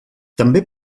també